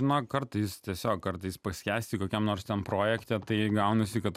na kartais tiesiog kartais paskęsti kokiam nors ten projekte tai gaunasi kad